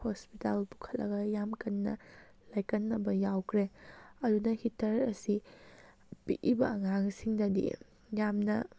hospital ꯄꯨꯈꯜꯂꯒ ꯌꯥꯝ ꯀꯟꯅ ꯂꯥꯏꯀꯠꯅꯕ ꯌꯥꯎꯈ꯭ꯔꯦ ꯑꯗꯨꯅ ꯍꯤꯇꯔ ꯑꯁꯤ ꯄꯤꯛꯏꯕ ꯑꯉꯥꯡꯁꯤꯡꯗꯗꯤ ꯌꯥꯝꯅ